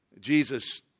Jesus